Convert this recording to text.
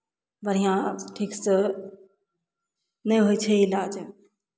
बढ़िआँ ठीकसँ नहि होइ छै इलाज